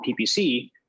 PPC